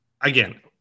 Again